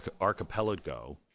archipelago